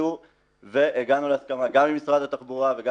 התגייסו והגענו להסכמה גם עם משרד התחבורה וגם